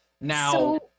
Now